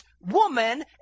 woman